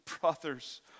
brothers